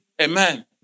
Amen